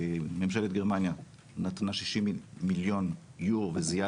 ממשלת גרמניה נתנה 60 מיליון אירו וזה יהיה